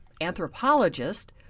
anthropologist